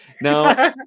Now